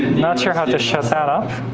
not sure how to shut that up.